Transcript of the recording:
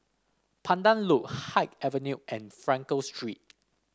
Pandan Loop Haig Avenue and Frankel Street